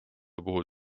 puhul